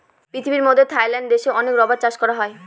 পৃথিবীর মধ্যে থাইল্যান্ড দেশে অনেক রাবার চাষ করা হয়